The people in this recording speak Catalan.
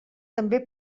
també